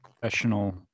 professional